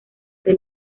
que